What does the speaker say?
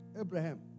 Abraham